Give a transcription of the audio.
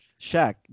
Shaq